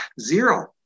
zero